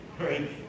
Right